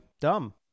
dumb